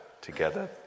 together